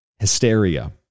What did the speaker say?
hysteria